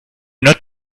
not